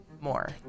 more